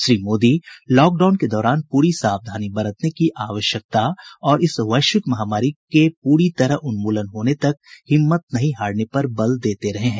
Shri Modi lockdown के दौरान पूरी सावधानी बरतने की आवश्यकता और इस वैश्विक महामारी के पूरी तरह उन्मूलन होने तक हिम्मत नहीं हारने पर बल देते रहे हैं